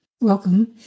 Welcome